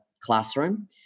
classroom